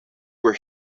were